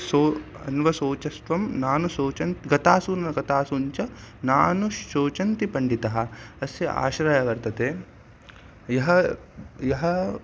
सो अन्वशोचस्त्वं नानुशोचनं गतासु न गतासुञ्च नानु शोचन्ति पण्डिताः अस्य आशयः वर्तते यः यः